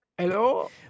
Hello